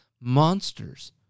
monsters